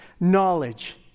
knowledge